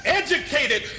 educated